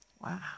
Wow